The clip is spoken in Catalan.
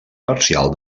parcial